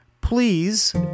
Please